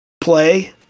play